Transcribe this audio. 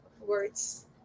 words